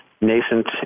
nascent